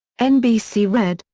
nbc red,